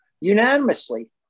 unanimously